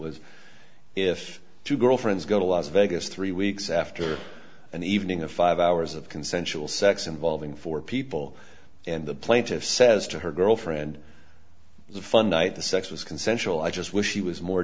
was if two girlfriends go to las vegas three weeks after an evening of five hours of consensual sex involving four people and the plaintiff says to her girlfriend the fun night the sex was consensual i just wish she was more